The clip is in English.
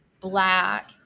black